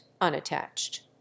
unattached